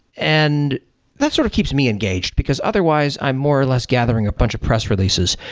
and that sort of keeps me engaged, because otherwise i'm more or less gathering a bunch of press releases,